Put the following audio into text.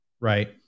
right